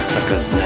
Suckers